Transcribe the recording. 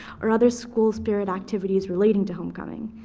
or other school spirit activities relating to homecoming.